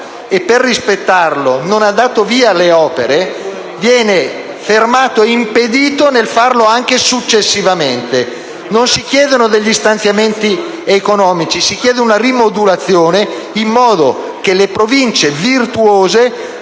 e per rispettarlo non ha dato il via alle opere, viene impedito nel farlo anche successivamente. Non si chiedono degli stanziamenti: si chiede una rimodulazione, in modo che le Province virtuose